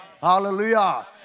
Hallelujah